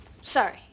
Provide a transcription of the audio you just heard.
Sorry